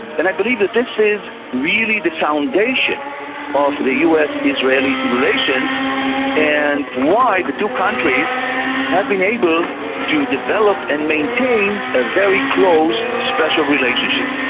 and i believe that this is really the foundation of the us-israeli relations and why the two countries have been able to develop and maintain a very close special relationship.